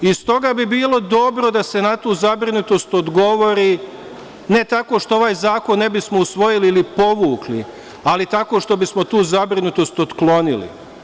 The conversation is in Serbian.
S toga bi bilo dobro da se na tu zabrinutost odgovori ne tako što ovaj zakon ne bismo usvojili ili povukli, ali tako što bi tu zabrinutost otklonili.